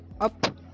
up